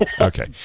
Okay